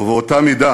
ובאותה מידה